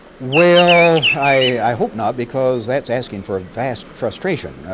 well, i hope not because that's asking for a vast frustration.